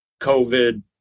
COVID